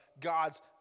God's